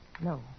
No